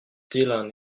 dylan